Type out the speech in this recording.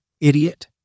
idiot